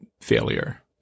failure